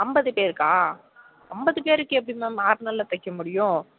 ஐம்பது பேருக்கா ஐம்பது பேருக்கு எப்படி மேம் ஆறு நாளில் தைக்க முடியும்